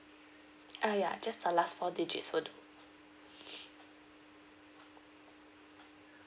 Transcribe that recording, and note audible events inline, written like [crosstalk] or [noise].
ah ya just the last four digits will do [noise]